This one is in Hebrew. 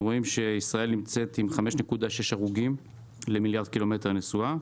אנחנו רואים שישראל נמצאת עם 5.6 הרוגים למיליארד קילומטר נסועה.